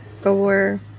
four